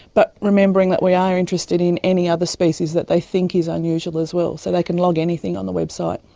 but remembering that we are interested in any other species that they think is unusual as well. so they can log anything on the website.